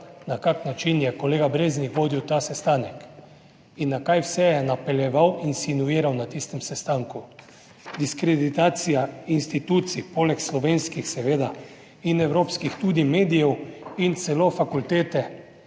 na kakšen način je kolega Breznik vodil ta sestanek in na kaj vse je napeljeval, insinuiral na tistem sestanku. Diskreditacija institucij poleg slovenskih seveda in evropskih tudi medijev in celo fakultete,